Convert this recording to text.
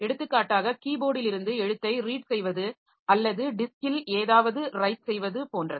எடுத்துக்காட்டாக கீபோர்டிலிருந்து எழுத்தைப் ரீட் செய்வது அல்லது டிஸ்க்கில் ஏதாவது ரைட் செய்வது போன்றது